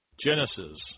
Genesis